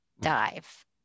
dive